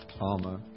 armor